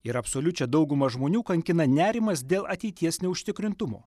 ir absoliučią daugumą žmonių kankina nerimas dėl ateities neužtikrintumo